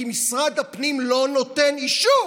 כי משרד הפנים לא נותן אישור.